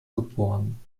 geboren